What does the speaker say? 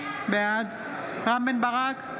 בעד רם בן ברק,